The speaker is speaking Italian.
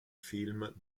film